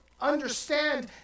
understand